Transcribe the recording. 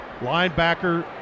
linebacker